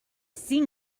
seen